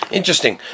interesting